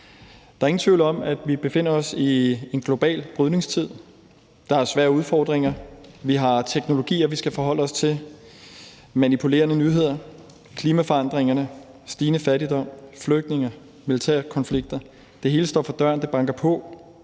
Der er ingen tvivl om, at vi befinder os i en global brydningstid. Der er svære udfordringer, vi har teknologier, vi skal forholde os til, manipulerende nyheder, klimaforandringer, stigende fattigdom, flygtninge og militære konflikter. Det hele står for døren, det banker på